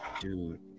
dude